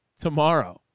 tomorrow